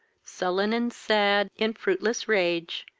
sullen and sad, in fruitless rage,